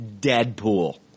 Deadpool